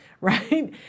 right